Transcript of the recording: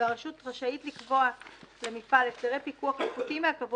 והרשות רשאית לקבוע למפעל הסדרי פיקוח הפחותים מהקבוע